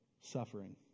suffering